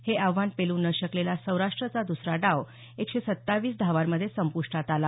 हे आव्हान पेलू न शकलेला सौराष्ट्रचा दुसरा डाव एकशे सत्तावीस धावांमध्ये संपुष्टात आला